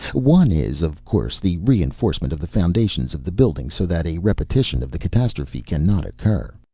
one is, of course, the reenforcement of the foundations of the building so that a repetition of the catastrophe cannot occur,